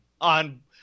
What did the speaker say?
on